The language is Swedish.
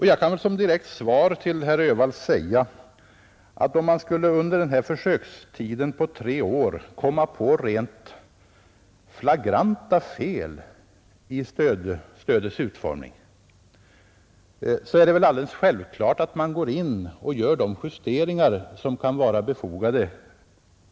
Jag kan väl som direkt svar till herr Öhvall säga att om man under denna försökstid på tre år skulle komma på rent flagranta fel i stödets utformning, är det alldeles självklart att man går in och gör de justeringar som kan vara befogade.